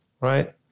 right